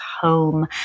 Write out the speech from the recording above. home